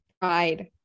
Pride